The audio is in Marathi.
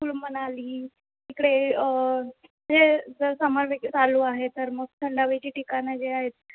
कुलू मनाली तिकडे हे जर समर व्हेकेशन चालू आहे तर मग थंड हवेची ठिकाणं जे आहेत